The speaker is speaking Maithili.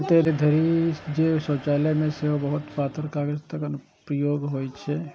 एतय धरि जे शौचालय मे सेहो बहुत पातर कागतक अनुप्रयोग होइ छै